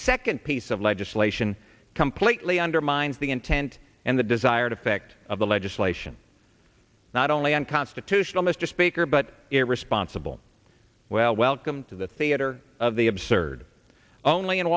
second piece of legislation completely undermines the intent and the desired effect of the legislation not only unconstitutional mr speaker but irresponsible well welcome to the theater of the absurd only in